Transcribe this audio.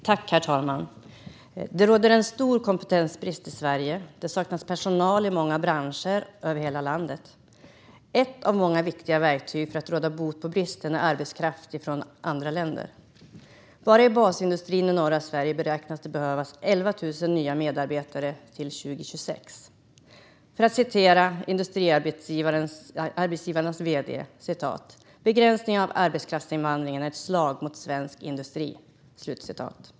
Herr talman! Det råder stor kompetensbrist i Sverige. Det saknas personal i många branscher över hela landet. Ett av många viktiga verktyg för att råda bot på bristen är arbetskraft från andra länder. Bara i basindustrin i norra Sverige beräknas det behövas 11 000 nya medarbetare till 2026. Industriarbetsgivarnas vd säger: "Begränsning av arbetskraftsinvandringen är ett slag mot svensk industri."